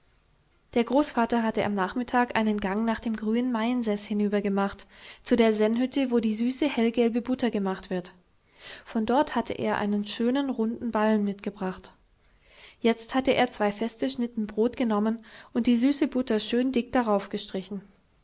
der großvater hatte am nachmittag einen gang nach dem grünen maiensäß hinüber gemacht zu der sennhütte wo die süße hellgelbe butter gemacht wird von dort hatte er einen schönen runden ballen mitgebracht jetzt hatte er zwei feste schnitten brot genommen und die süße butter schön dick